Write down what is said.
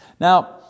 Now